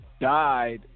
died